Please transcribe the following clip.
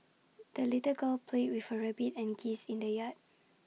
the little girl played with her rabbit and geese in the yard